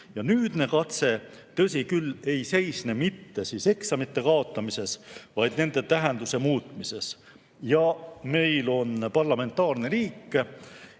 Nüüdne katse, tõsi küll, ei seisne mitte eksamite kaotamises, vaid nende tähenduse muutmises. Meil on parlamentaarne riik